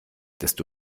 desto